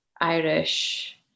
Irish